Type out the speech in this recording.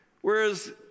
Whereas